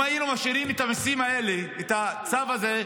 אם היינו משאירים את המיסים האלה, את הצו הזה,